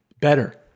better